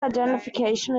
identification